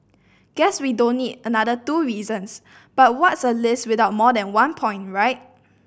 guess we don't need another two reasons but what's a list without more than one point right